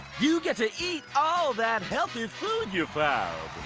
you get to eat all that healthy food you found.